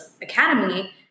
Academy